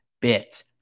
bit